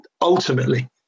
ultimately